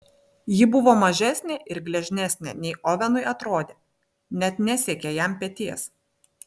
ji buvo mažesnė ir gležnesnė nei ovenui atrodė net nesiekė jam peties